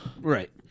Right